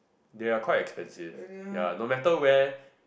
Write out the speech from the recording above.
they are quite expensive ya no matter where